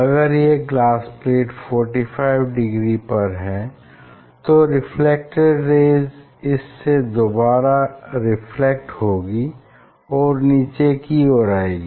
अगर यह glass plate 45 degree पर है तो रेफ्लेक्टेड रेज़ इससे दोबारा रिफ्लेक्ट होगी और नीचे की ओर आएगी